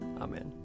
Amen